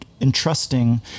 entrusting